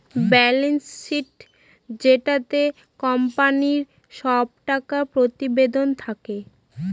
balance sheet যেটাতে কোম্পানির সব টাকা প্রতিবেদন থাকে